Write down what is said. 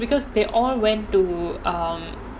and the thing is because they all went to um